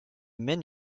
mène